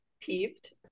Peeved